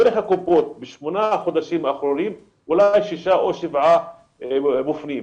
דרך הקופות בשמונה החודשים האחרונים היו אלי אולי שישה או שבעה מופנים.